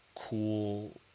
cool